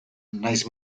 nahiz